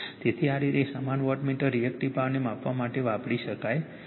તેથી આ રીતે સમાન વોટમીટર રિએક્ટિવ પાવરને માપવા માટે વાપરી શકાય છે